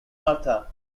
martha